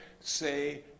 say